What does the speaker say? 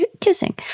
kissing